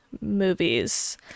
movies